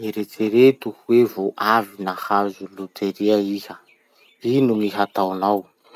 Eritsereto hoe vo avy nahazo loteria iha. Ino gny hataonao?